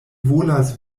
volas